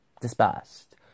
dispersed